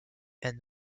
and